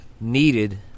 needed